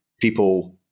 people